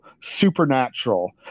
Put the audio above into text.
Supernatural